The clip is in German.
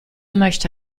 möchte